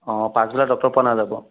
অঁ পাছবেলা ডক্টৰ পোৱা নাযাব